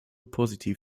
positiv